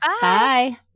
Bye